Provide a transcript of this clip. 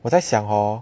我在想 hor